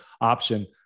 option